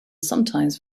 sometimes